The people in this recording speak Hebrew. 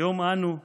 היום אנו,